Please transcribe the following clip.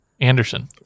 Anderson